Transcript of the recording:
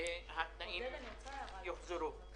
שהתנאים יוחזרו.